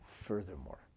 furthermore